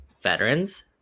veterans